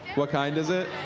what kinds is it?